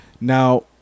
Now